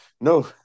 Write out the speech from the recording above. No